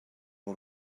all